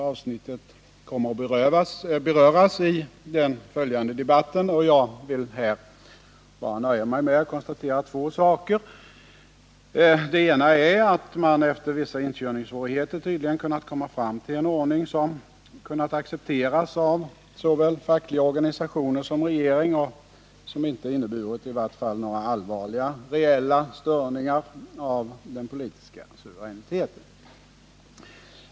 Avsnittet kommer att beröras också i den följande debatten, varför jag här nöjer mig med att konstatera två saker. Den ena är att man efter vissa inkörningssvårigheter tydligen kunnat komma fram till en ordning som accepterats av såväl fackliga organisationer som regeringen och som i varje fall inte inneburit några allvarliga reella störningar av den politiska suveräniteten.